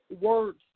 words